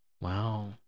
Wow